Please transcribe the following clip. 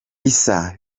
issa